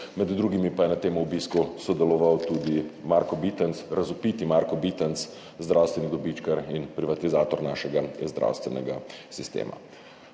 med drugimi pa je na tem obisku sodeloval tudi Marko Bitenc, razvpiti Marko Bitenc, zdravstveni dobičkar in privatizator našega zdravstvenega sistema.